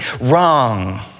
Wrong